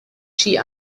she